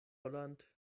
holland